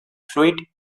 fluid